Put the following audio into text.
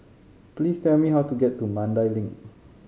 please tell me how to get to Mandai Link